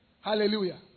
Hallelujah